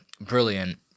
Brilliant